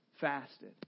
fasted